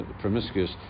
promiscuous